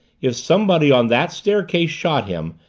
if somebody on that staircase shot him,